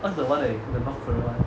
what's the one the north korea [one]